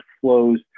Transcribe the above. flows